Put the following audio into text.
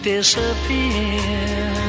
Disappear